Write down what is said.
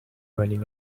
running